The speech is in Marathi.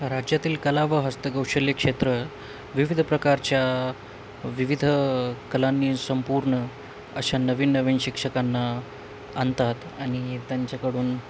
राज्यातील कला व हस्तकौशल्य क्षेत्र विविध प्रकारच्या विविध कलांनी संपूर्ण अशा नवीन नवीन शिक्षकांना आणतात आणि त्यांच्याकडून